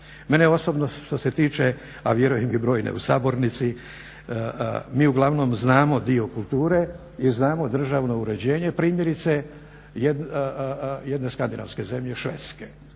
Mene osobno što se tiče, a vjerujem i brojne u sabornici mi uglavnom znamo dio kulture i znamo državno uređenje, primjerice jedne skandinavske zemlje Švedske.